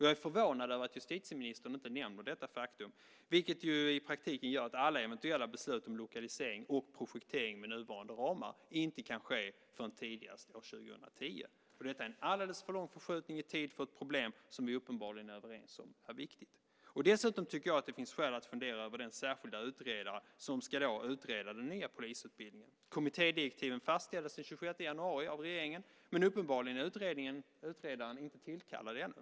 Jag är förvånad över att justitieministern inte nämner detta faktum, vilket ju i praktiken gör att alla eventuella beslut om lokalisering och projektering med nuvarande ramar inte kan ske förrän tidigast år 2010. Och detta är en alldeles för lång förskjutning i tid när det gäller ett problem som vi uppenbarligen är överens om är viktigt. Dessutom tycker jag att det finns skäl att fundera över den särskilda utredare som då ska utreda den nya polisutbildningen. Kommittédirektiven fastställdes den 26 januari av regeringen, men uppenbarligen är utredaren inte tillkallad ännu.